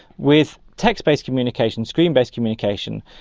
with textbased communication, screen-based communication,